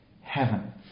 heaven